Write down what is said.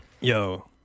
Yo